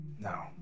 No